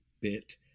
bit